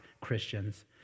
Christians